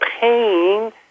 pain